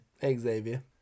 Xavier